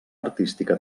artística